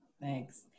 Thanks